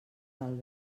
del